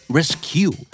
Rescue